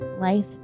life